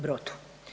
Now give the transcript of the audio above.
Brodu.